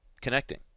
connecting